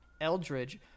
eldridge